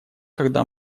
когда